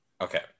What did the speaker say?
Okay